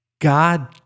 God